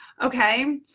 okay